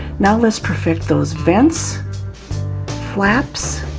now let's perfect those vents flaps,